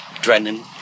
Drennan